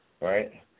right